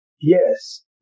Yes